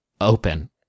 open